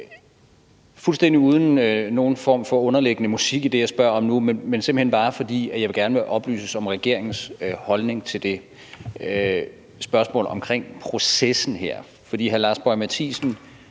fuldstændig uden nogen form for underliggende musik i det, jeg spørger om nu, men det er simpelt hen bare, fordi jeg gerne vil oplyses om regeringens holdning til det spørgsmål om processen her. For hr. Lars Boje Mathiesen